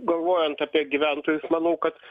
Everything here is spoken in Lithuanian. galvojant apie gyventojus manau kad